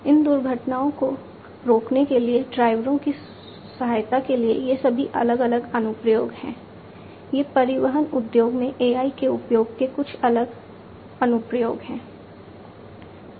इन दुर्घटनाओं को रोकने के लिए ड्राइवरों की सहायता के लिए ये सभी अलग अलग अनुप्रयोग हैं ये परिवहन उद्योग में AI के उपयोग के कुछ अलग अनुप्रयोग हैं